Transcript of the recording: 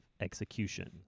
execution